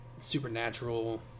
Supernatural